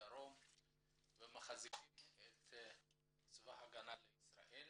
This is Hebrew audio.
ומחזקים את צבא הגנה לישראל,